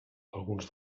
alguns